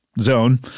Zone